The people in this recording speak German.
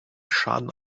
schaden